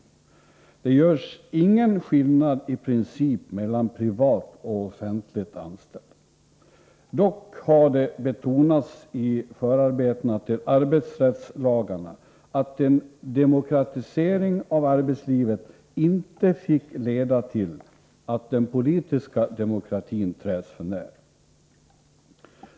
Det görs ingen skillnad i princip mellan privat och offentligt anställda. Dock har det betonats vid förarbetena till arbetsrättslagarna att en demokratisering av arbetslivet inte fick leda till att den politiska demokratin träds för när.